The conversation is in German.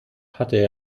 hatte